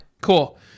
Cool